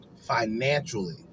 financially